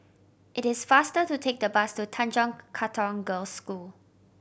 it is faster to take the bus to Tanjong Katong Girls' School